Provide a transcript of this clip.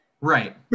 Right